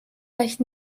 reicht